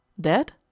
dead